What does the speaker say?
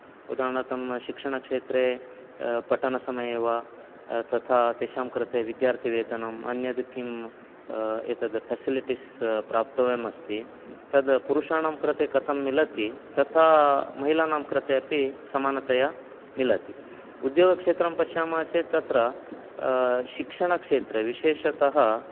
उदाहरणार्थं शिक्षणक्षेत्रे पठनसमये वा तथा तेषां कृते विद्यार्थिवेतनम् अन्यत् किं एतत् फेसिलिटिस् प्राप्तव्यम् अस्ति तत् पुरुषाणां कृते कथं मिलति तथा महिलानां कृते अपि समानतया मिलति उद्योगक्षेत्रं पश्यामः चेत् तत्र शिक्षणक्षेत्रे विशेषतः